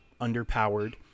underpowered